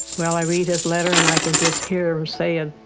well, i read his letter. and i can just hear her say and